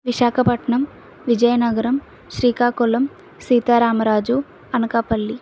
Visakhapatnam Vizianagaram Srikakulam Sitaramaraju Anakapalli